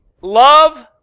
Love